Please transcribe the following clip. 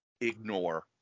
ignore